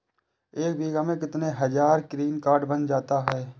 एक बीघा में कितनी हज़ार का ग्रीनकार्ड बन जाता है?